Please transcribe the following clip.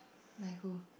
like who